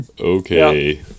okay